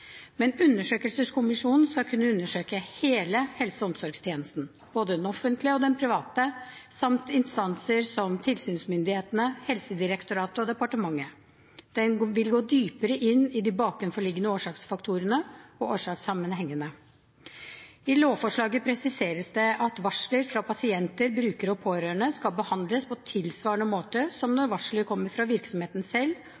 Men undersøkelseskommisjonen skal kunne undersøke hele helse- og omsorgstjenesten, både den offentlige og den private, samt instanser som tilsynsmyndighetene, Helsedirektoratet og departementet. Den vil gå dypere inn i de bakenforliggende årsaksfaktorene og årsakssammenhengene. I lovforslaget presiseres det at varsler fra pasienter, brukere og pårørende skal behandles på tilsvarende måte som når varsler kommer fra virksomheter selv,